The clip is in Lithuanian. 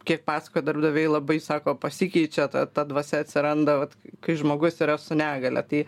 kiek pasakojo darbdaviai labai sako pasikeičia ta ta dvasia atsiranda vat kai žmogus yra su negalia tai